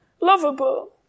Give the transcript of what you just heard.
lovable